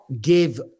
give